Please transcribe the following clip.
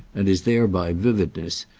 and is thereby vividness,